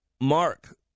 mark